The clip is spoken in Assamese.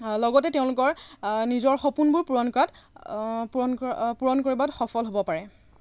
লগতে তেওঁলোকৰ নিজৰ সপোনবোৰ পূৰণ কৰাত পূৰণ কৰাত পূৰণ কৰোৱাত সফল হ'ব পাৰে